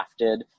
crafted